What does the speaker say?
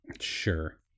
Sure